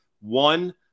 one